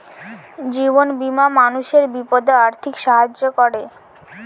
জীবন বীমা মানুষের বিপদে আর্থিক সাহায্য করে